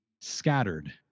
scattered